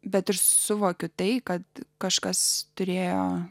bet ir suvokiu tai kad kažkas turėjo